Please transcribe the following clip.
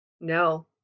no